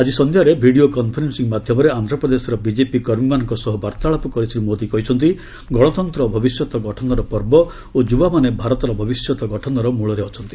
ଆଜି ସନ୍ଧ୍ୟାରେ video conferencing ମାଧ୍ୟମରେ ଆନ୍ଧ୍ରପ୍ରଦେଶର ବିଜେପି କର୍ମୀମାନଙ୍କ ବାର୍ତ୍ତାଳାପ କରି ଶ୍ରୀ ମୋଦି କହିଛନ୍ତି'ଗଣତନ୍ତ୍ର ଭବିଷ୍ୟତ ଗଠନର ପର୍ବ ଓ ଯୁବାମାନେ ଭାରତର ଭବିଷ୍ୟତ ଗଠନର ମୂଳରେ ଅଛନ୍ତି